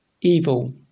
Evil